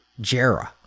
Jera